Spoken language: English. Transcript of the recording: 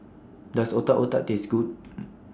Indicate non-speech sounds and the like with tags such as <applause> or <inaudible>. Does Otak Otak Taste Good <noise>